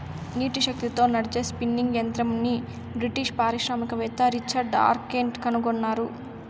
నీటి శక్తితో నడిచే స్పిన్నింగ్ యంత్రంని బ్రిటిష్ పారిశ్రామికవేత్త రిచర్డ్ ఆర్క్రైట్ కనుగొన్నాడు